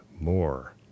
more